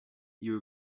you